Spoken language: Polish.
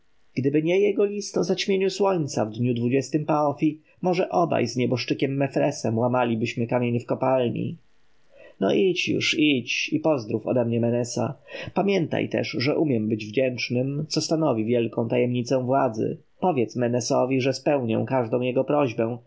gdyby nie jego list o zaćmieniu słońca w dniu dwudziesty paf może obaj z nieboszczykiem mefresem łamalibyśmy kamienie w kopalni no idź już idź i pozdrów ode mnie menesa pamiętaj też że umiem być wdzięcznym co stanowi wielką tajemnicę władzy powiedz menesowi że spełnię każdą jego prośbę